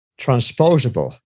transposable